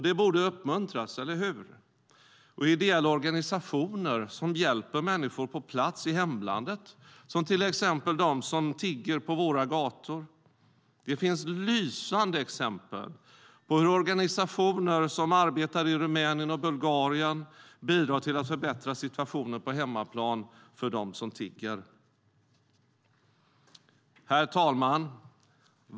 Det borde uppmuntras - eller hur? Det handlar också om ideella organisationer som hjälper människor på plats i hemlandet, till exempel dem som tigger på våra gator. Det finns lysande exempel på hur organisationer som arbetar i Rumänien och Bulgarien bidrar till att förbättra situationen på hemmaplan för dem som tigger. Herr talman!